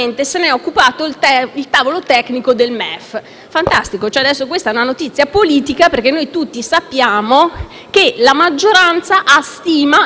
Fantastico, questa è una notizia politica: ora noi tutti sappiamo che la maggioranza ha stima e si fida dei tecnici.